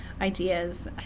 ideas